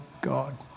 God